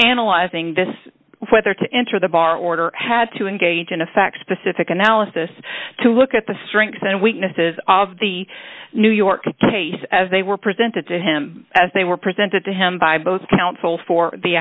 analyzing this whether to enter the bar order had to engage in effect specific analysis to look at the strengths and weaknesses of the new york case as they were presented to him as they were presented to him by both counsel for the